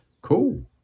Cool